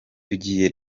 tugiye